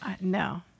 no